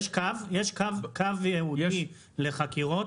יש קו ייעודי לחקירות?